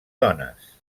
dones